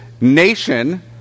nation